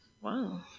Wow